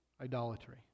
idolatry